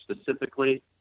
specifically